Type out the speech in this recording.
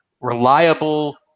reliable